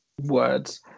words